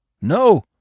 No